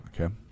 Okay